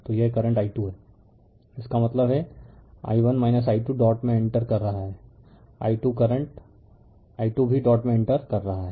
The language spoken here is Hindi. तो यह करंट i 2 है इसका मतलब है i1 i 2 डॉट में इंटर कर रहे हैं i 2 करंट i 2 भी डॉट में इंटर कर रहे हैं